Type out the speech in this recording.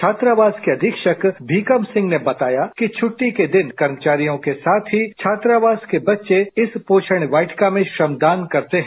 छात्रावास के अधीक्षक भीखम सिंह ने बताया कि छुट्टी के दिन कर्मचारियों के साथ ही छात्रावास के बेच्चे इस पोषण वाटिका में श्रमदान करते हैं